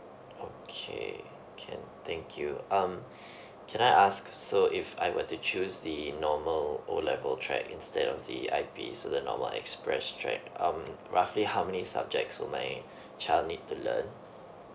okay can thank you um can I ask so if I were to choose the normal O level track instead of the I_P so the normal express track um roughly how many subjects will my child need to learn